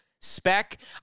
Spec